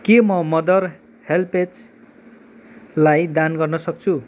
के म मदर हेल्पएजलाई दान गर्नसक्छु